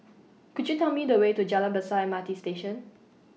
Could YOU Tell Me The Way to Jalan Besar M R T Station